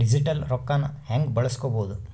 Digital ರೊಕ್ಕನ ಹ್ಯೆಂಗ ಬಳಸ್ಕೊಬೊದು?